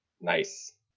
Nice